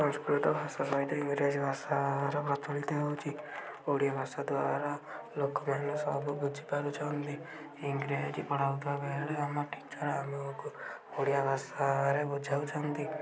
ସଂସ୍କୃତ ଭାଷା ସହିତ ଇଂରାଜୀ ଭାଷାର ବିଦ୍ୟା ହେଉଛି ଓଡ଼ିଆ ଭାଷା ଦ୍ଵାରା ଲୋକମାନେ ସବୁ ବୁଝିପାରୁଛନ୍ତି ଇଂରାଜୀ ପଢ଼ା ହଉଥିବା ବେଳେ ଆମ ଟିଚର୍ ଆମକୁ ଓଡ଼ିଆ ଭାଷାରେ ବୁଝାଉଛନ୍ତି